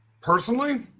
personally